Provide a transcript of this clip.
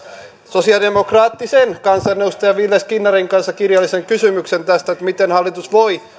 sosialidemokraattisen kansanedustajan ville skinnarin kanssa kirjallisen kysymyksen tästä miten hallitus voi